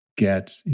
get